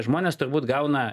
žmonės turbūt gauna